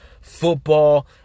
football